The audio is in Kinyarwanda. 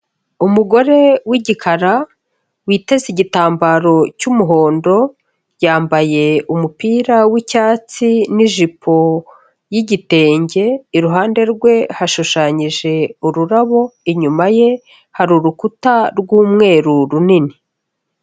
Umugore w'igikara witeze igitambaro cy'umuhondo, yambaye umupira w'icyatsi n'ijipo y'igitenge, iruhande rwe hashushanyije ururabo, inyuma ye hari urukuta rw'umweru runini.